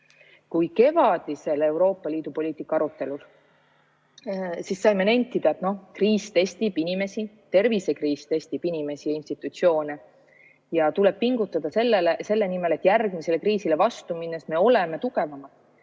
Kui kevadisel Euroopa Liidu poliitika arutelul saime nentida, et tervisekriis testib inimesi ja institutsioone ja tuleb pingutada selle nimel, et järgmisele kriisile vastu minnes me oleme tugevamad.